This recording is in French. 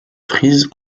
frise